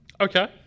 Okay